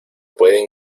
pueden